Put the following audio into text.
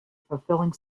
fulfilling